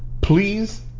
please